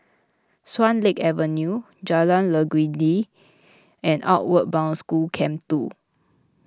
Swan Lake Avenue Jalan Legundi and Outward Bound School Camp two